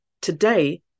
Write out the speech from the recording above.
today